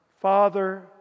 Father